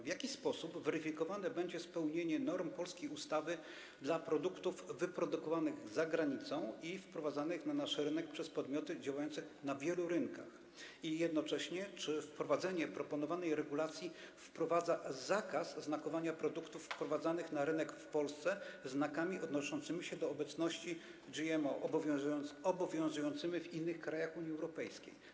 W jaki sposób weryfikowane będzie spełnianie norm polskiej ustawy w odniesieniu do produktów wyprodukowanych za granicą i wprowadzanych na nasz rynek przez podmioty działające na wielu rynkach i czy wprowadzenie proponowanej regulacji oznacza zakaz znakowania produktów wprowadzanych na rynek w Polsce znakami odnoszącymi się do obecności GMO, obowiązującymi w innych krajach Unii Europejskiej?